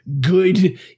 good